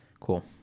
cool